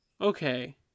okay